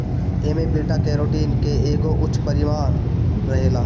एमे beta carotene के एगो उच्च परिमाण रहेला